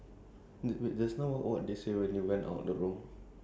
old chang-kee also old chang-kee lah that one anything also nice lah